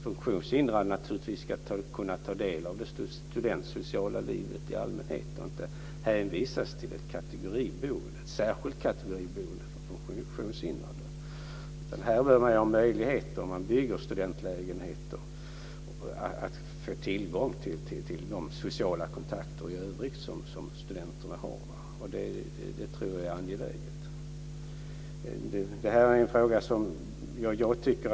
Funktionshindrade ska naturligtvis kunna ta del av det studentsociala livet i allmänhet och inte hänvisas till ett särskilt kategoriboende för funktionshindrade. När man bygger studentlägenheter är det angeläget att tänka på möjligheten för funktionshindrade att få tillgång till de sociala kontakter som studenterna i övrigt har.